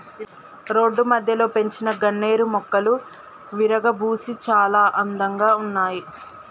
road మధ్యలో పెంచిన గన్నేరు మొక్కలు విరగబూసి చాలా అందంగా ఉన్నాయి